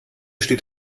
steht